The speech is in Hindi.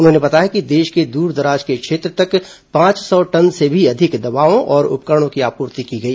उन्होंने बताया कि देश के दूर दराज के क्षेत्र तक पांच सौ टन से भी अधिक दवाओं और उपकरणों की आपूर्ति की गई